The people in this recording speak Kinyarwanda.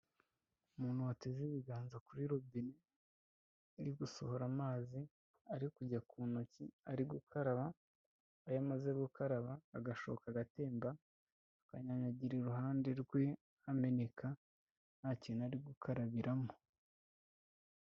Umuntu wateze ibiganza kuri rubine iri gusohora amazi, ari kujya ku ntoki ari gukaraba ayo amaze gukaraba agashoka agatemba, akanyanyagira iruhande rwe ameneka nta kintu ari gukarabiramo.